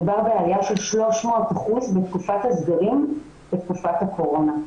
מדובר בעלייה של 300% בתקופת הסגרים בתקופת הקורונה.